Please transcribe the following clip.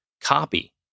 copy